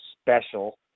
special